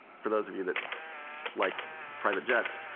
for those of you that like private jets,